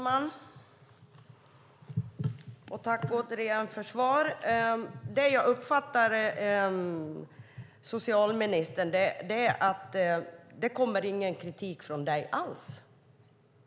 Fru talman! Jag tackar återigen för svar. Som jag uppfattar socialministern kommer det ingen kritik från honom alls.